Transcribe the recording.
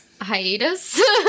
hiatus